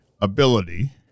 ability